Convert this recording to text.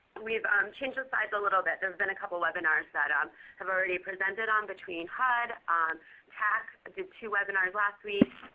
we've um changed the slides a little bit. there's been a couple webinars that ah um have already presented on, between hud, tac did two webinars last week,